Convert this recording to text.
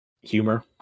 humor